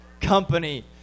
company